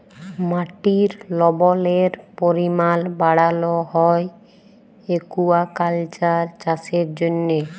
মাটির লবলের পরিমাল বাড়ালো হ্যয় একুয়াকালচার চাষের জ্যনহে